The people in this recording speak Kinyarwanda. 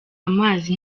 amazi